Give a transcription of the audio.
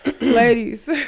ladies